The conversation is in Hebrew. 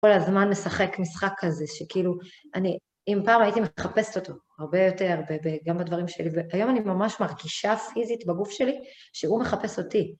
כל הזמן משחק משחק כזה, שכאילו, אני, אם פעם הייתי מחפשת אותו הרבה יותר גם בדברים שלי, והיום אני ממש מרגישה פיזית בגוף שלי שהוא מחפש אותי.